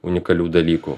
unikalių dalykų